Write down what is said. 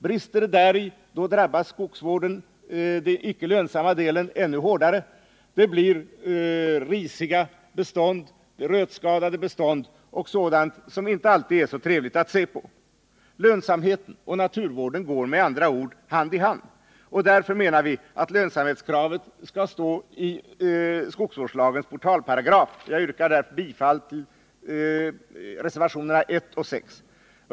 Brister det däri, drabbas den icke lönsamma delen av skogsvården ännu hårdare; det blir risiga, rötskadade bestånd och sådant som inte alltid är så trevligt att se på. Lönsamheten och naturvården går med andra ord hand i hand. Därför menar vi att lönsamhetskravet skall stå i skogsvårdslagens portalparagraf. Jag yrkar därför bifall till reservationerna 1 och 6.